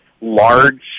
large